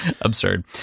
absurd